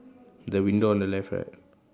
the window on the left right